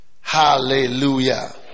Hallelujah